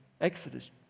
Exodus